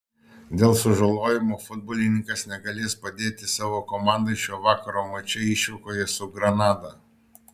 dėl sužalojimo futbolininkas negalės padėti savo komandai šio vakaro mače išvykoje su granada